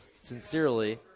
sincerely